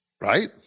right